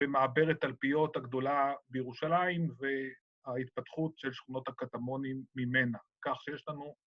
‫במעברת תלפיות הגדולה בירושלים ‫וההתפתחות של שכונות הקטמונים ממנה. ‫כך שיש לנו.